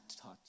touch